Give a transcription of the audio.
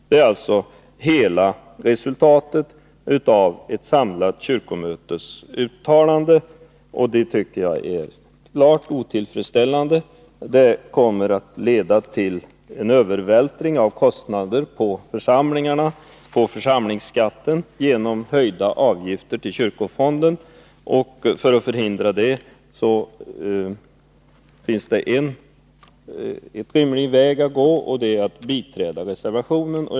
Det är alltså hela resultatet av ett samlat kyrkomötes uttalande, och det tycker jag är klart otillfredsställande. Det kommer att leda till en övervältring av kostnader på församlingarna, på församlingsskatten, genom höjda avgifter till kyrkofonden. För att förhindra det finns det en rimlig väg att gå, och det är att biträda centerreservationen.